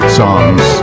songs